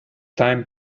time